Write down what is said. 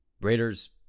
Raiders